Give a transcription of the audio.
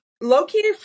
located